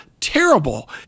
terrible